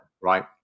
right